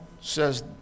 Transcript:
says